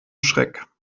schreck